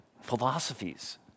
philosophies